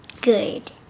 Good